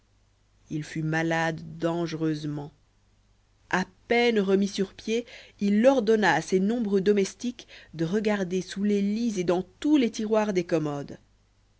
il fut malade dangereusement à peine remis sur pied il ordonna à nombreux domestiques de regarder sous les lits et dans tous les tiroirs des commodes